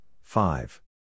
five